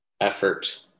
effort